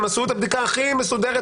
הם עשו את הבדיקה הכי מסודרת,